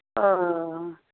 अह